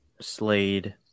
Slade